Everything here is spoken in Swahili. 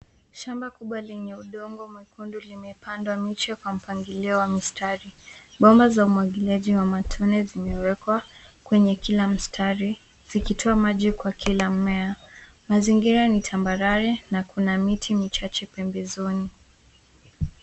Shamba kubwa lenye udongo mwekundu limepandwa miche kwa mpangilio wa mistari. Bomba za umwagiliaji wa matone zimewekwa kwenye kila mistari zikitoa maji kwa kila mmea. Mazingira ni tambarare na kuna miti michache pembezoni.